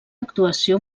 actuació